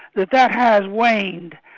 that that has waned.